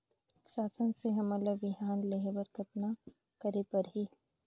शासन से हमन ला बिहान लेहे बर कतना करे परही?